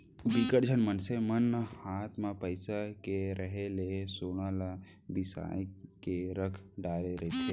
बिकट झन मनसे मन हात म पइसा के रेहे ले सोना ल बिसा के रख डरे रहिथे